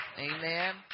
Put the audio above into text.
Amen